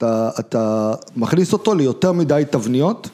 ‫אתה מכניס אותו ‫ליותר מדי תבניות?